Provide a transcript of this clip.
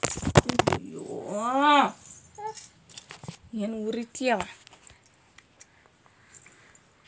international Monetary Fund ಸ್ವಲ್ಪ್ ದಿನದ್ ಸಲಾಕ್ ಅಷ್ಟೇ ಸಾಲಾ ಕೊಡ್ತದ್